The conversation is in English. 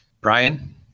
Brian